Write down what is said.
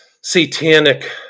satanic